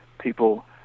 people